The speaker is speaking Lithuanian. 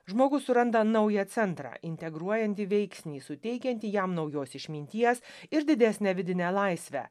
žmogus suranda naują centrą integruojantį veiksnį suteikiantį jam naujos išminties ir didesnę vidinę laisvę